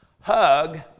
hug